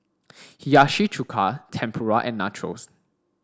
Hiyashi Chuka Tempura and Nachos